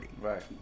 Right